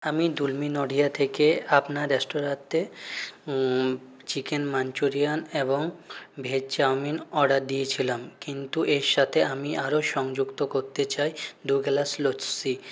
আমি দুলমি নডিয়া থেকে আপনার রেস্তোরাঁতে চিকেন মাঞ্চুরিয়ান এবং ভেজ চাউমিন অর্ডার দিয়েছিলাম কিন্তু এর সাথে আমি আরও সংযুক্ত করতে চাই দু গ্লাস লস্যি